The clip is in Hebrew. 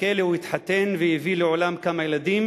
בכלא הוא התחתן והביא לעולם כמה ילדים.